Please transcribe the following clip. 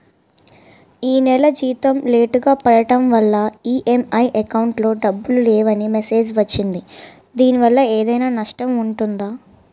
ఈ నెల జీతం లేటుగా పడటం వల్ల ఇ.ఎం.ఐ అకౌంట్ లో డబ్బులు లేవని మెసేజ్ వచ్చిందిదీనివల్ల ఏదైనా నష్టం ఉందా?